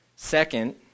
Second